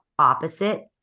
opposite